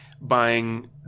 buying